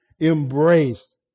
embraced